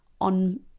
on